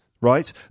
right